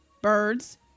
birds